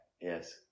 Yes